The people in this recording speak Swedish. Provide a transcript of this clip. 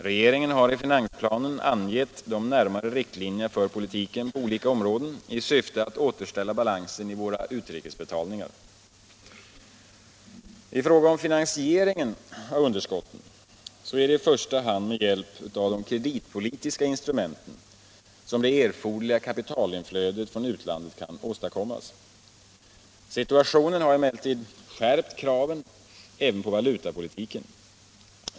Regeringen har i finansplanen angett de närmare riktlinjerna för politiken på olika områden i syfte att återställa balansen i våra utrikesbetalningar. I fråga om finansieringen av underskotten är det i första hand med hjälp av de kreditpolitiska instrumenten som det erforderliga kapitalinflödet från utlandet kan åstadkommas. Situationen har emellertid skärpt kraven även på valutapolitiken.